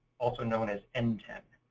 also known as and nten.